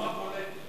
דוגמה בולטת.